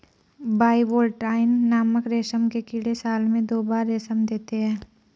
bivoltine नामक रेशम के कीड़े साल में दो बार रेशम देते है